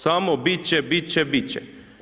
Samo bit će, bit će, bit će.